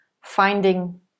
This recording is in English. finding